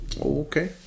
Okay